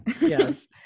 Yes